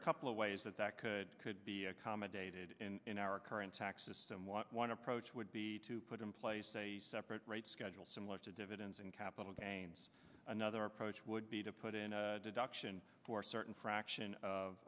a couple of ways that that could could be accommodated in our current tax system what one approach would be to put in place a separate rate schedule somewhat to dividends and capital gains another approach would be to put in a deduction for certain fraction of